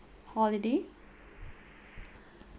holiday